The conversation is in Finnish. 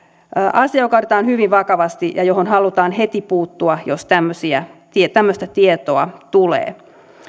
asia joka otetaan hyvin vakavasti ja johon halutaan heti puuttua jos tämmöistä tietoa tulee